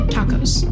Tacos